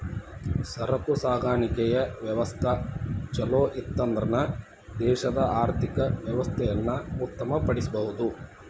ಸರಕು ಸಾಗಾಣಿಕೆಯ ವ್ಯವಸ್ಥಾ ಛಲೋಇತ್ತನ್ದ್ರ ದೇಶದ ಆರ್ಥಿಕ ವ್ಯವಸ್ಥೆಯನ್ನ ಉತ್ತಮ ಪಡಿಸಬಹುದು